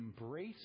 embrace